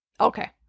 Okay